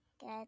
Good